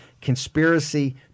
conspiracy